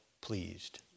pleased